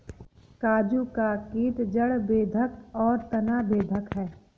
काजू का कीट जड़ बेधक और तना बेधक है